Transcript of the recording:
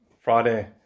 Friday